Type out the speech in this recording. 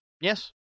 Yes